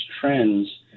trends